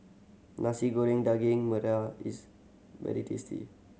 Nasi Goreng Daging Merah is very tasty